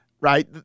right